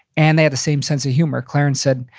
and they had the same sense of humor. clarence said,